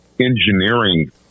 engineering